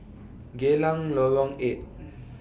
Geylang Lorong eight